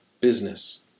business